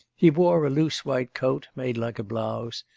he wore a loose white coat, made like a blouse,